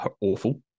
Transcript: awful